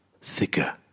thicker